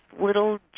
little